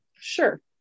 Sure